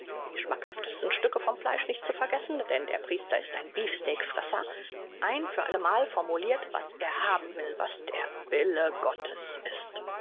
die schmackhaftesten stücke vom fleisch nicht zu vergessen denn der priester ist ein beefsteak fresser ein für alle mal formulirt was er haben will was der wille gottes ist